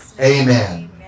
Amen